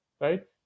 right